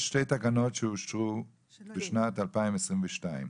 יש שתי תקנות שאושרו בשנת 2022,